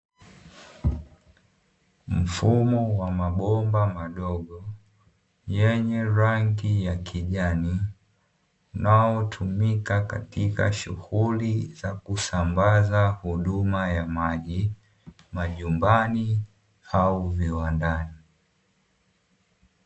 Mfumo wa mabomba madogo yenye rangi ya kijani, unayotumika katika shughuli za kusambaza huduma ya maji majumbani au viwandani.